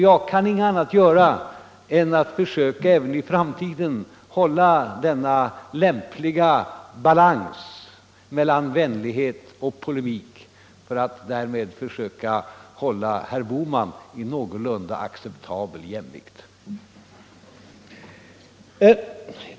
Jag kan inget annat göra än att även i framtiden iaktta denna lämpliga balans mellan vänlighet och polemik för att därmed försöka hålla herr Bohman i någorlunda acceptabel jämvikt.